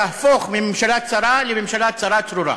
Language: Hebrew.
מתי הממשלה תהפוך מממשלה צרה לממשלה צרה צרורה.